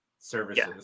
services